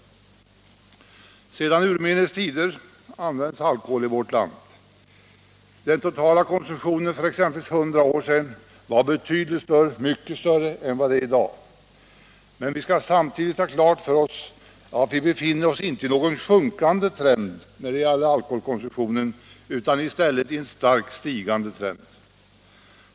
Sedan urminnes tider används alkohol i vårt land. Den totala konsumtionen var för exempelvis 100 år sedan mycket större än i dag, men vi skall samtidigt ha klart för oss att vi inte har någon sjunkande trend när det gäller alkoholkonsumtion utan i stället en starkt stigande trend.